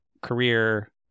career